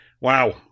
wow